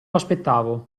aspettavo